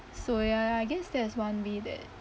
so ya I I guess there's one way that